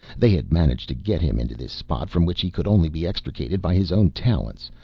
they had managed to get him into this spot from which he could only be extricated by his own talents,